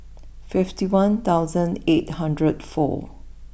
fifty one thousand eight hundred and four